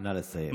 נא לסיים.